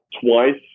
twice